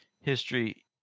history